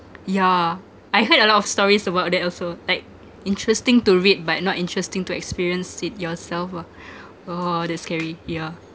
yeah I heard a lot of stories about that also like interesting to read but not interesting to experience it yourself ah oh that's scary yeah